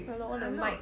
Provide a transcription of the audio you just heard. !hannor! all the mic